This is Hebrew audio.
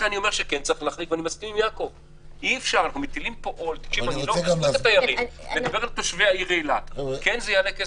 כן, זה יעלה כסף.